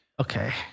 Okay